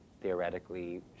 theoretically